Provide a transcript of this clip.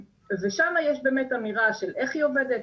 ושם יש באמת אמירה של איך היא עובדת,